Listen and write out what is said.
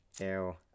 Ew